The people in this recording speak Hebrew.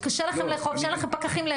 שקשה לכם לאכוף ואין לכם פקחים.